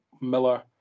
Miller